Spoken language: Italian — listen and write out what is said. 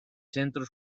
centro